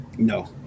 No